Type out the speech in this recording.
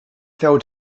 fell